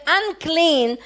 unclean